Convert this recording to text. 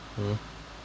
hmm